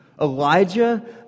Elijah